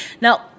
Now